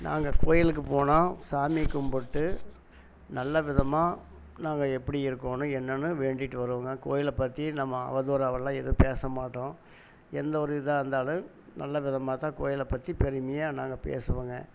நாங்கள் கோவிலுக்கு போனால் சாமி கும்பிட்டு நல்ல விதமாக நாங்கள் எப்படி இருக்கணும் என்னென்னு வேண்டிட்டு வருவோம்ங்க கோவில பற்றி நம்ம அவதூறாகலாம் எதுவும் பேச மாட்டோம் எந்த ஒரு இதாக இருந்தாலும் நல்ல விதமாகதான் கோவில பற்றி பெருமையாக நாங்கள் பேசுவோம்ங்க